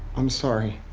i'm sorry.